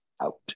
out